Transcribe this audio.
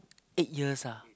eight years ah